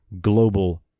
global